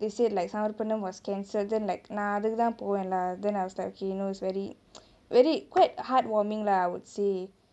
they said like Samarpanam was cancel then like நா அதுக்குதா போவேலா:naa athukuthaa povelaa then I was like okay no it's very very quite heartwarming lah I would say